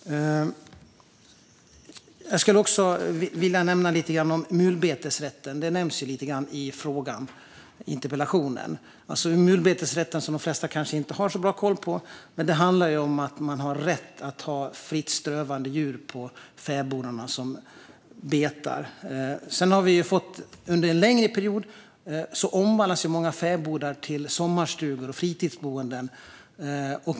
Jag skulle också vilja ta upp mulbetesrätten, som nämns i interpellationen. Mulbetesrätten, som de flesta kanske inte har så bra koll på, handlar om att man har rätt att ha fritt strövande djur som betar på fäbodarna. Under en längre period har det varit så att många fäbodar omvandlas till sommarstugor och fritidsboenden.